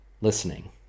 listening